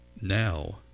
now